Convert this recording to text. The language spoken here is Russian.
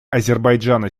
азербайджана